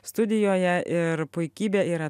studijoje ir puikybė yra